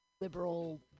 liberal